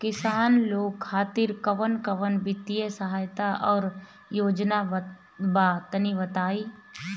किसान लोग खातिर कवन कवन वित्तीय सहायता और योजना बा तनि बताई?